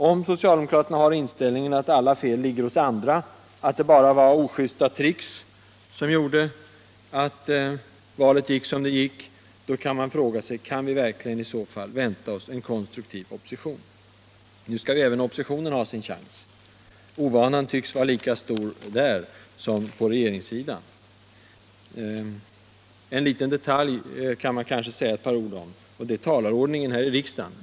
Om socialdemokraterna har den inställningen, att alla fet ligger hos andra, att det bara var ojusta tricks som gjorde att valet gick som det gick, då kan man fråga sig om vi verkligen kan vänta oss en konstruktiv opposition. Även oppositionen skall nu ha sin chans. Ovanan tycks vara minst lika stor där som på regeringssidan. En liten detalj: talarordningen här i riksdagen.